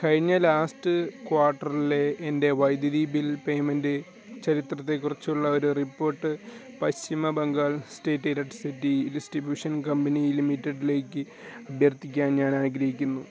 കഴിഞ്ഞ ലാസ്റ്റ് ക്വാർട്ടർലെ എൻ്റെ വൈദ്യുതി ബിൽ പേയ്മെൻ്റ് ചരിത്രത്തെക്കുറിച്ചുള്ള ഒരു report Paschim Bengal state electricity distribution company ലിമിറ്റഡ്ലേക്ക് അഭ്യർത്ഥിക്കാൻ ഞാൻ ആഗ്രഹിക്കുന്നു